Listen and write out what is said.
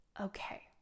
okay